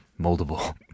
moldable